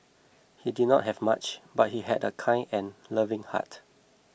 he did not have much but he had a kind and loving heart